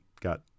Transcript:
got